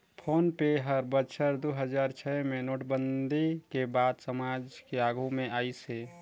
phone पे हर बछर दू हजार छै मे नोटबंदी के बाद समाज के आघू मे आइस हे